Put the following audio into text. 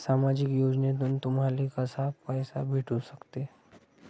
सामाजिक योजनेतून तुम्हाले कसा पैसा भेटू सकते?